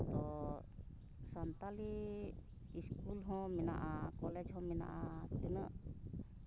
ᱛᱳ Santali school ᱦᱚᱸ ᱢᱮᱱᱟᱜᱼᱟ college ᱦᱚᱸ ᱢᱮᱱᱟᱜᱼᱟ ᱛᱤᱱᱟᱹᱜ